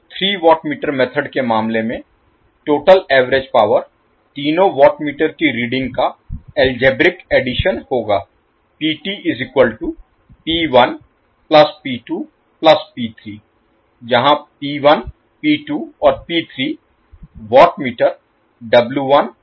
तो 3 watt meter method के मामले में टोटल एवरेज पावर तीनो वॉट मीटर की रीडिंग का अलजेब्रिक एडिशन होगा जहां और वॉट मीटर और की रीडिंग है